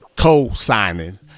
co-signing